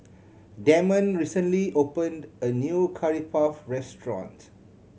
Damond recently opened a new Curry Puff restaurant